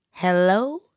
Hello